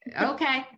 okay